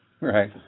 Right